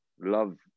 love